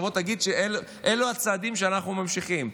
תבוא ותגיד: אלו צעדים שאנחנו ממשיכים.